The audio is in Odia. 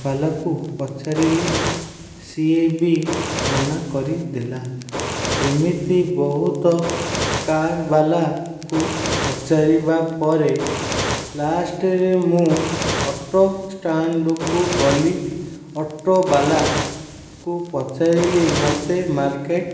ବାଲାକୁ ପଚାରିଲି ସିଏ ବି ମନା କରିଦେଲା ଏମିତି ବହୁତ କାର୍ବାଲାକୁ ପଚାରିବା ପରେ ଲାଷ୍ଟ୍ରେ ମୁଁ ଅଟୋ ଷ୍ଟାଣ୍ଡକୁ ଗଲି ଅଟୋବାଲାକୁ ପଚାରିଲି ମୋତେ ମାର୍କେଟ୍